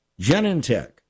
Genentech